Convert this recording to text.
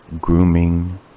grooming